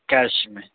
cash میں